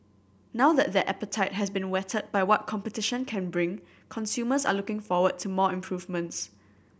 now that their appetite has been whetted by what competition can bring consumers are looking forward to more improvements